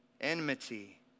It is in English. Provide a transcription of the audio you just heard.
enmity